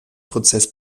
prozess